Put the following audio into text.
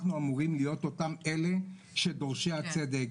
אנחנו אמורים להיות אותם אלה של דורשי הצדק.